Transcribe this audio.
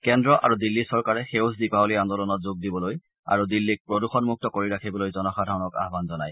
কেন্দ্ৰ আৰু দিল্লী চৰকাৰে সেউজ দীপাৰলী আন্দোলনত যোগ দিবলৈ আৰু দিল্লীক প্ৰদূষণমুক্ত কৰি ৰাখিবলৈ জনসাধাৰণক আহ্বান জনায়